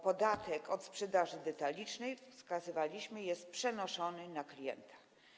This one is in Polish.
Podatek od sprzedaży detalicznej, wskazywaliśmy, jest przenoszony na klienta.